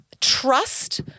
trust